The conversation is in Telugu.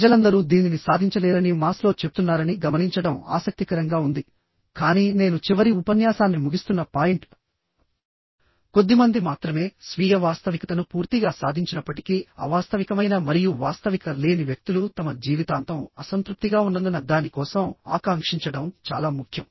ప్రజలందరూ దీనిని సాధించలేరని మాస్లో చెప్తున్నారని గమనించడం ఆసక్తికరంగా ఉంది కానీ నేను చివరి ఉపన్యాసాన్ని ముగిస్తున్న పాయింట్కొద్దిమంది మాత్రమే స్వీయ వాస్తవికతను పూర్తిగా సాధించినప్పటికీ అవాస్తవికమైన మరియు వాస్తవికత లేని వ్యక్తులు తమ జీవితాంతం అసంతృప్తిగా ఉన్నందున దాని కోసం ఆకాంక్షించడం చాలా ముఖ్యం